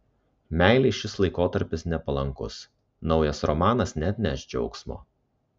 meilei šis laikotarpis nepalankus naujas romanas neatneš džiaugsmo